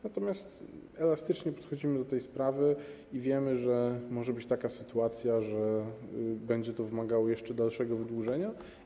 Natomiast elastycznie podchodzimy do tej sprawy i wiemy, że może być taka sytuacja, że będzie to wymagało jeszcze dalszego wydłużenia.